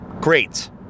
Great